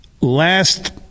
Last